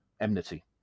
enmity